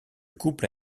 couple